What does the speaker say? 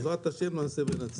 בעזרת השם נעשה ונצליח.